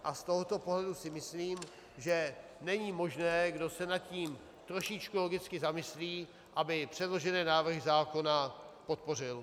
Z tohoto pohledu si myslím, že není možné, kdo se nad tím trošičku logicky zamyslí, aby předložené návrhy zákona podpořil.